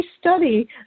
study